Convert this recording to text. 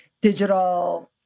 digital